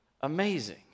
amazing